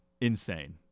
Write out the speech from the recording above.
Insane